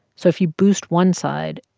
so if you boost one side,